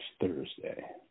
Thursday